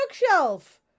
bookshelf